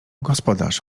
gospodarz